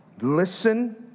listen